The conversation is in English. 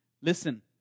listen